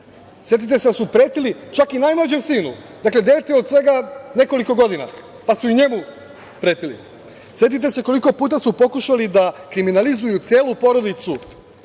Setite se da su pretili čak i najmlađem sinu, dakle, dete od svega nekoliko godina, pa, su i njemu pretili. Setite se koliko puta su pokušali da kriminalizuju celu porodicu